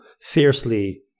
fiercely